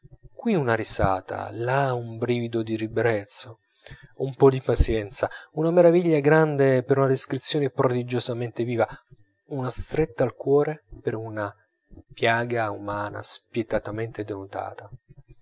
qui una risata là un brivido di ribrezzo un po d'impazienza una meraviglia grande per una descrizione prodigiosamente viva una stretta al cuore per una piaga umana spietatamente denudata